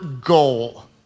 goal